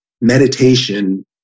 meditation